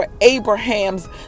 Abraham's